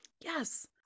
Yes